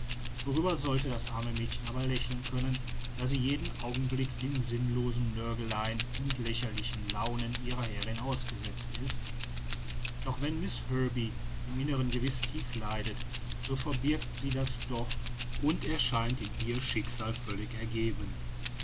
worüber sollte das arme mädchen aber lächeln können da sie jeden augenblick den sinnlosen nörgeleien und lächerlichen launen ihrer herrin ausgesetzt ist doch wenn miß herbey im inneren gewiß tief leidet so verbirgt sie das doch und erscheint in ihr schicksal völlig ergeben